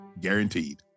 guaranteed